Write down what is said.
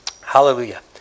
Hallelujah